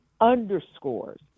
underscores